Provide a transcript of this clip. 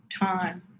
time